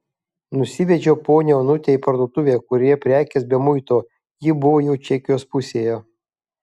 nusivedžiau ponią onutę į parduotuvę kurioje prekės be muito ji buvo jau čekijos pusėje